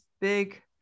big